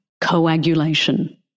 coagulation